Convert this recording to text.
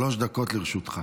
שלוש דקות לרשותך.